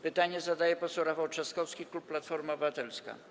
Pytanie zadaje poseł Rafał Trzaskowski, klub Platforma Obywatelska.